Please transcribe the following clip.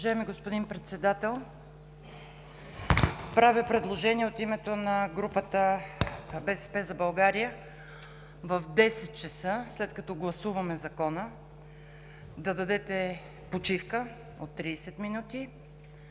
Уважаеми господин Председател, правя предложение от името на групата на „БСП за България“ в 10,00 ч., след като гласуваме Закона, да дадете почивка от 30 минути.